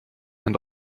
and